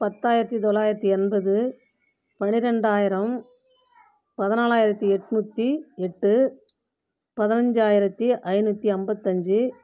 பத்தாயிரத்தி தொள்ளாயிரத்தி எண்பது பனிரெண்டாயிரம் பதினாலாயிரத்தி எண்நூத்தி எட்டு பதினஞ்ஜாயிரத்தி ஐநூற்றி ஐம்பத்து அஞ்சு